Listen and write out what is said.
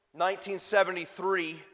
1973